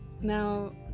Now